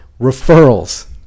Referrals